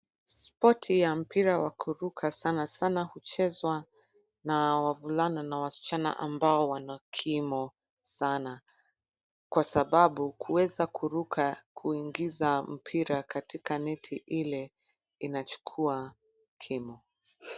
Spoti ya mpira wa kuruka sanasana huchezwa na wavulana na wasichana ambao wana kimo sana, kwa sababu kuweza kuruka kuingiza mpira katika neti ile inachukuwa kimo.